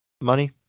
money